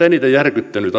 eniten järkyttänyt